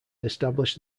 established